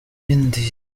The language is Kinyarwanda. ibindi